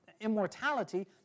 immortality